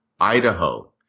Idaho